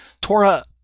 Torah